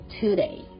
today